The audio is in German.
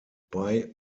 bei